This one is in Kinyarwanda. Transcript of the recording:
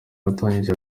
watangije